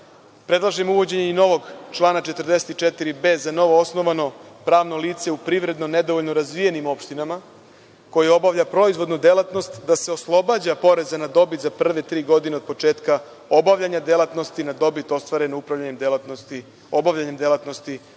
predlažem i uvođenje novog člana 44b za novoosnovano pravno lice u privredno nedovoljno razvijenim opštinama koje obavlja proizvodnu delatnost da se oslobađa poreza na dobit za prve tri godine od početka obavljanja delatnosti na dobit ostvarenu upravljanjem delatnosti u nedovoljno